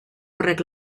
horrek